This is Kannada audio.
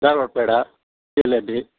ಧಾರವಾಡ ಪೇಡ ಜಿಲೇಬಿ